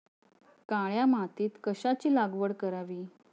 काळ्या मातीत कशाची लागवड करावी?